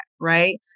right